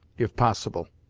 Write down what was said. if possible.